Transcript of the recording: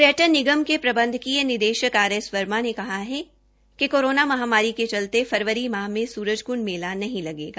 पर्यटन निगम के प्रंबधक निदेशक आर एस वर्मा ने कहा है कि कोरोना महामारी के चलते फरवरी माह में सूरजकंड मेला नहीं लगेगा